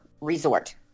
resort